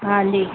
हांजी